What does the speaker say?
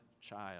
child